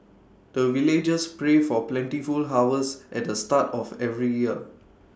the villagers pray for plentiful harvest at the start of every year